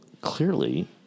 clearly